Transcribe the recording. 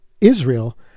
Israel